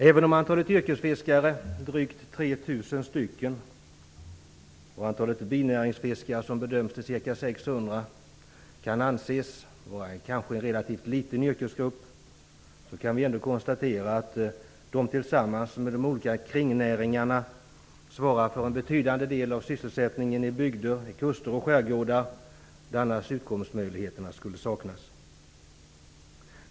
Även om antalet yrkesfiskare, drygt 3 000 stycken, och antalet binäringsfiskare, som bedöms till ca 600, kan anses vara en relativt liten yrkesgrupp, kan vi ändå konstatera att den tillsammans med kringnäringarna svarar för en betydande del av sysselsättningen i bygder vid kuster och i skärgårdar där utkomstmöjligheter annars skulle saknas.